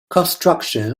construction